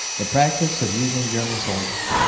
the practice of using german soldiers,